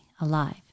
alive